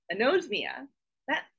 Anosmia—that